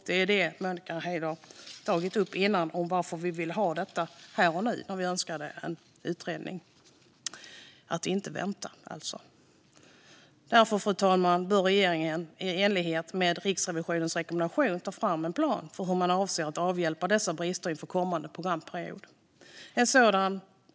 Det är det som Monica Haider har tagit upp tidigare om varför vi vill ha detta här och nu. Vi önskar oss en utredning och vill alltså inte vänta. Regeringen bör i enlighet med Riksrevisionens rekommendation ta fram en plan för hur man avser att avhjälpa dessa brister inför kommande programperiod, fru talman.